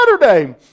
Saturday